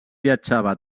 viatjava